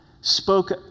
spoke